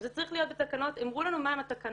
אם זה צריך להיות בתקנות, אמרו לנו מהן התקנות.